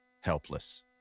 helpless